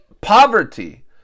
poverty